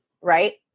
right